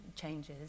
changes